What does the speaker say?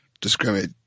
discriminate